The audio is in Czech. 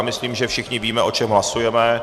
Myslím, že všichni víme, o čem hlasujeme.